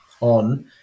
on